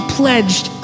pledged